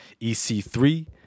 EC3